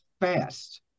fast